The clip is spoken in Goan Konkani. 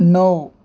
णव